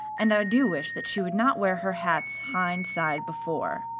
and i do wish that she would not wear her hats hind side before.